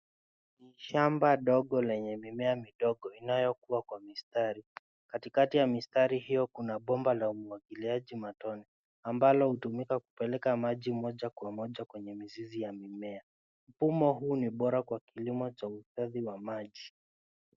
Shamba ndogo lenye mimea midogo inayokua kwa mistari. Katikati ya mistari hio kuna bomba la umwagiliaji matone ambalo hutumika kupeleka maji moja kwa moja kwenye mizizi ya mimea. Mfumo huu ni bora kwa kilimo cha uhifadhi wa maji.